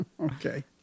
Okay